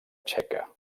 txeca